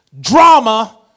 Drama